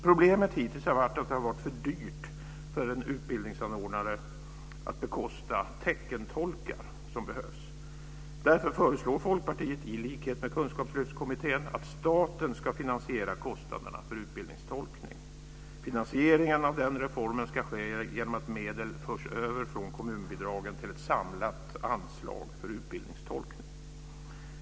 Problemet har hittills varit att det har varit för dyrt för en utbildningsanordnare att bekosta de teckentolkar som behövs. Därför föreslår Folkpartiet, i likhet med kunskapslyftskommittén, att staten ska finansiera kostnaderna för utbildningstolkning. Finansieringen av denna reform ska ske genom att medel förs över från kommunbidragen till ett samlat anslag för utbildningstolkning.